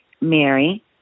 Mary